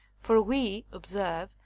for we, observe,